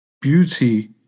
beauty